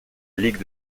ligue